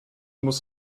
muss